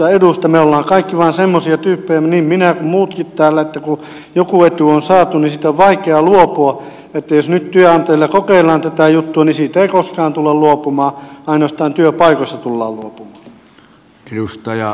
me kaikki vain olemme semmoisia tyyppejä niin minä kuin muutkin täällä että kun joku etu on saatu niin siitä on vaikea luopua että jos nyt työnantajilla kokeillaan tätä juttua niin siitä ei koskaan tulla luopumaan ainoastaan työpaikoista tullaan luopumaan